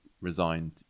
resigned